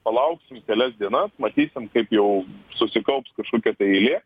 palauksim kelias dienas matysim kaip jau susikaups kažkokia tai eilė